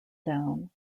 down